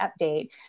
update